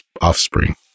offspring